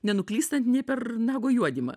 nenuklystant nei per nago juodymą